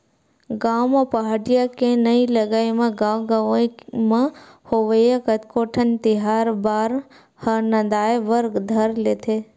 गाँव म पहाटिया के नइ लगई म गाँव गंवई म होवइया कतको ठन तिहार बार ह नंदाय बर धर लेथे